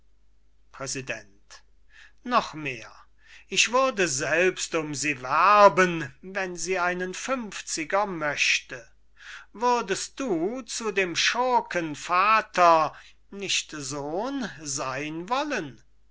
präsident noch mehr ich würde selbst um sie werben wenn sie einen fünfziger möchte würdest du zu dem schurken vater nicht sohn sein wollen